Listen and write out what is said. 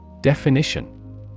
Definition